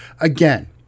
Again